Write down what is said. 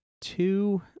two